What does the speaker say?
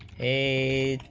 a